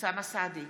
אוסאמה סעדי,